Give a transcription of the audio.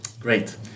Great